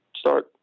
start